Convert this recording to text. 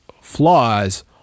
flaws